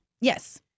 yes